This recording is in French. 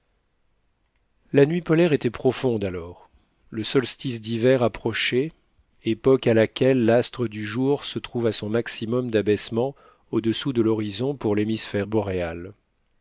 la nuit polaire était profonde alors le solstice d'hiver approchait époque à laquelle l'astre du jour se trouve à son maximum d'abaissement au-dessous de l'horizon pour l'hémisphère boréal